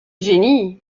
génie